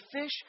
fish